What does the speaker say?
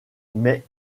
mais